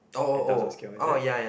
in terms of scale is it